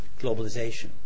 globalization